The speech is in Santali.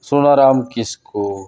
ᱥᱩᱱᱟᱹᱨᱟᱢ ᱠᱤᱥᱠᱩ